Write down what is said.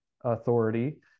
authority